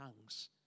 tongues